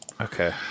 Okay